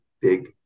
big